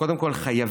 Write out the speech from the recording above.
קודם כול חייבים,